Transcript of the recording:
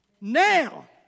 Now